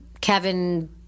Kevin